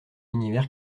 univers